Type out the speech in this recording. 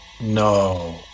No